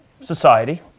society